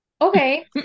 Okay